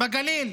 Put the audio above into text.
בגליל.